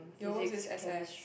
your worst is S_S